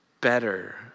better